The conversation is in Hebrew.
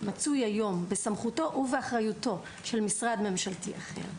מצוי היום בסמכותו ובאחריותו של משרד ממשלתי אחר,